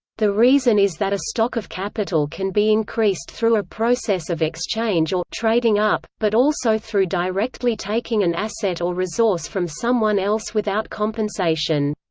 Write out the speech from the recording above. the reason is that a stock of capital can be increased through a process of exchange or trading up, but also through directly taking an asset or resource from someone else without compensation.